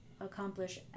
accomplish